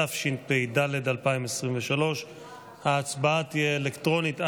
התשפ"ד 2023. ההצבעה תהיה אלקטרונית.